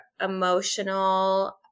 emotional